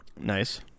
Nice